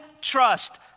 trust